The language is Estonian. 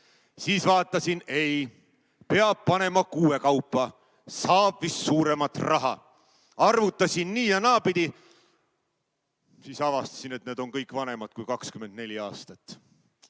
siis vaatasin, ei, peab panema kuuekaupa, nii saab vist suuremat raha. Arvutasin nii‑ ja naapidi, aga siis avastasin, et need on kõik vanemad kui 24 aastat.